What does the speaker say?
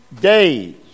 days